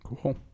Cool